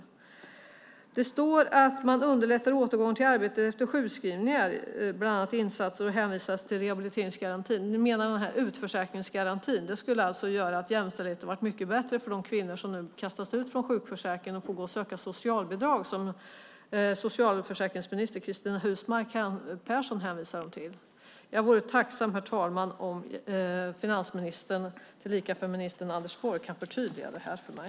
Vidare står det att man underlättar återgång till arbete efter sjukskrivningar genom insatser; bland annat hänvisas till rehabiliteringsgarantin, alltså utförsäkringsgarantin. Det skulle således medföra att jämställdheten blir bättre för de kvinnor som nu kastas ut från sjukförsäkringen och i stället får söka socialbidrag, som socialförsäkringsminister Cristina Husmark Pehrsson hänvisar dem till. Jag vore tacksam, herr talman, om finansministern kunde förtydliga detta för mig.